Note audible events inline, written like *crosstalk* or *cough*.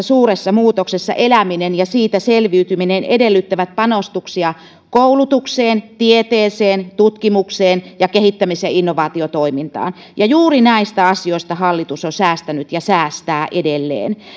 *unintelligible* suuressa muutoksessa eläminen ja siitä selviytyminen edellyttävät panostuksia koulutukseen tieteeseen tutkimukseen ja kehittämis ja innovaatiotoimintaan juuri näistä asioista hallitus on säästänyt ja säästää edelleen